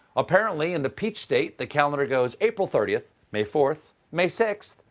apparently, in the peach state, the calendar goes april thirty, may four, may six,